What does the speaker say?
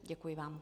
Děkuji vám.